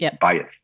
bias